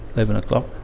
eleven o'clock.